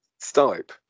Stipe